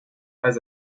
pas